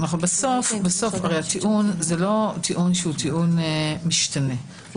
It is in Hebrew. הטיעון אינו משתנה.